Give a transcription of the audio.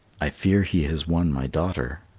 i fear he has won my daughter.